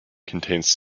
contains